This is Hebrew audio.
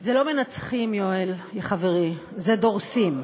זה לא מנצחים, יואל חברי, זה דורסים.